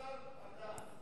השר ארדן.